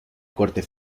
corte